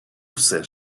все